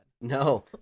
No